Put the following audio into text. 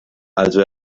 also